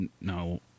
no